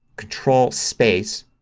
control space,